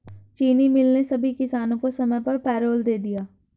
चीनी मिल ने सभी किसानों को समय पर पैरोल दे दिया